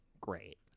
great